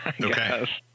Okay